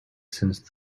since